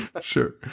sure